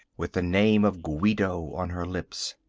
with the name of guido on her lips.